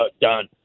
done